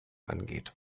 angeht